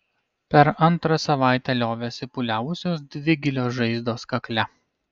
per antrą savaitę liovėsi pūliavusios dvi gilios žaizdos kakle